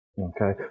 okay